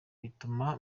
bituma